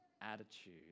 attitude